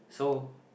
so